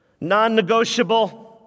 Non-negotiable